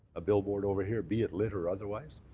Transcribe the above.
a billboard over here, be it lit or otherwise?